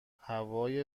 هوای